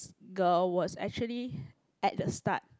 girl was actually at the start